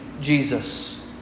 Jesus